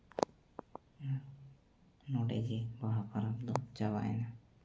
ᱱᱚᱰᱮ ᱜᱮ ᱵᱟᱦᱟ ᱯᱚᱨᱚᱵᱽ ᱫᱚ ᱪᱟᱵᱟᱭᱮᱱᱟ